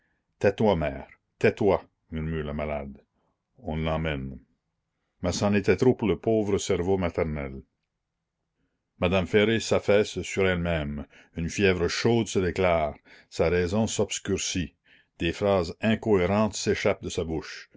tais-toi mère tais-toi murmure la malade on l'emmène la commune mais c'en était trop pour le pauvre cerveau maternel madame ferré s'affaisse sur elle-même une fièvre chaude se déclare sa raison s'obscurcit des phrases incohérentes s'échappent de sa bouche